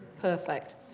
perfect